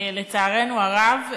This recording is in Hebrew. לצערנו הרב,